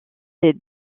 des